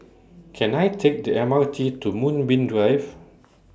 Can I Take The M R T to Moonbeam Drive